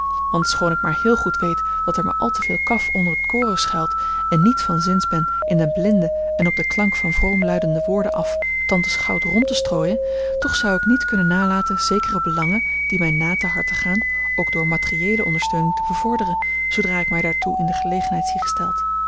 want schoon ik heel goed weet dat er maar al te veel kaf onder t koren schuilt en niet van zins ben in den blinde en op den klank van vroomluidende woorden af tantes goud rond te strooien toch zou ik niet kunnen nalaten zekere belangen die mij na ter harte gaan ook door materiëele ondersteuning te bevorderen zoodra ik mij daartoe in de gelegenheid zie gesteld